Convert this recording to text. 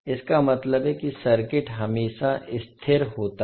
इसका मतलब है कि सर्किट हमेशा स्थिर होता है